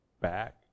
back